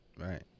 right